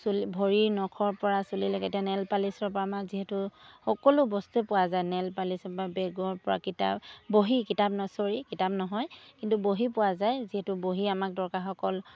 চুলি ভৰি নখৰপৰা চুলিলৈকে এতিয়া নেল পালিচৰপৰা আমাক যিহেতু সকলো বস্তুৱ পোৱা যায় নেল পালিচৰপৰা বেগৰপৰা কিতাপ বহী কিতাপ ন চৰি কিতাপ নহয় কিন্তু বহী পোৱা যায় যিহেতু বহী আমাক দৰকাৰ হয় কলম